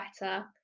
better